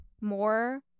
more